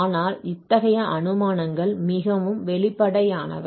ஆனால் இத்தகைய அனுமானங்கள் மிகவும் வெளிப்படையானவை